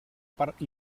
part